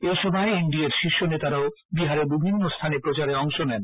এই সভায় এনডিএ এর শীর্ষ নেতারাও বিহারের বিভিন্ন স্থানে প্রচারে অংশ নেন